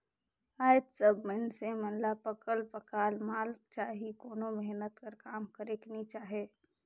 आएज सब मइनसे मन ल पकल पकाल माल चाही कोनो मेहनत कर काम करेक नी चाहे